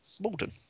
malden